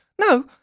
No